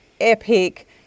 epic